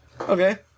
Okay